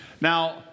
Now